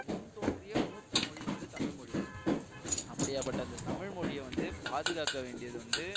முன் தோன்றிய மூத்த மொழி வந்து தமிழ் மொழி தான் அப்படியாக பட்ட அந்த தமிழ் மொழியை வந்து பாதுகாக்க வேண்டியது வந்து